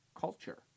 culture